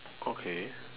okay